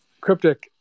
Cryptic